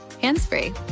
hands-free